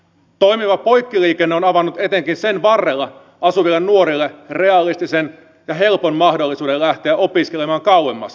toimiva poikkiliikenne on avannut etenkin sen varrella asuville nuorille realistisen ja helpon mahdollisuuden lähteä opiskelemaan kauemmas